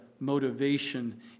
motivation